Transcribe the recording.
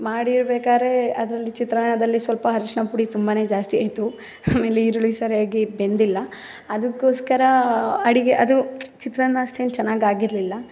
ಮಾಡಿ ಇಡಬೇಕಾದ್ರೆ ಅದರಲ್ಲಿ ಚಿತ್ರಾನ್ನದಲ್ಲಿ ಸ್ವಲ್ಪ ಅರಶಿಣ ಪುಡಿ ತುಂಬನೆ ಜಾಸ್ತಿ ಆಯಿತು ಆಮೇಲೆ ಈರುಳ್ಳಿ ಸಾರು ಹೇಗೆ ಬೆಂದಿಲ್ಲ ಅದಕ್ಕೋಸ್ಕರ ಅಡುಗೆ ಅದು ಚಿತ್ರಾನ್ನ ಅಷ್ಟೇನು ಚೆನ್ನಾಗಿ ಆಗಿರಲಿಲ್ಲ